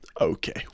Okay